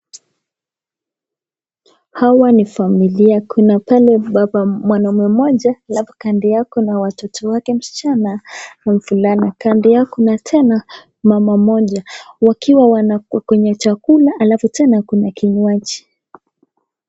Hawa ni familia. Kuna pale baba mwanaume mmoja la kando yako na watoto wake msichana mvulana kando yao na tena mama mmoja. Wakiwa wanakula kwenye chakula alafu tena kuna kinywaji.